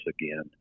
again